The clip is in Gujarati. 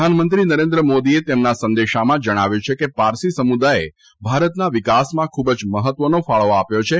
પ્રધાનમંત્રી નરેન્દ્ર મોદીએ તેમના સંદેશામાં જણાવ્યું છે કે પારસી સમુદાયે ભારતના વિકાસમાં ખૂબ જ મહત્વનો ફાળો આપ્યો છે